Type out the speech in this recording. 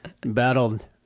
battled